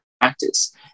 practice